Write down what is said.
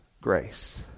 grace